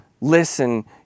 listen